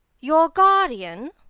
your guardian?